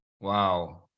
Wow